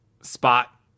spot